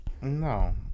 No